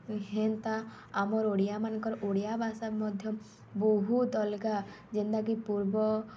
ହେନ୍ତା ଆମର୍ ଓଡ଼ିଆମାନ୍କର୍ ଓଡ଼ିଆ ଭାଷା ମଧ୍ୟ ବହୁତ୍ ଅଲ୍ଗା ଯେନ୍ତାକି ପୂର୍ବ